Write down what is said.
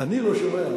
אני לא שומע.